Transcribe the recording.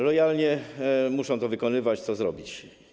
Lojalnie muszą to wykonywać, co zrobić.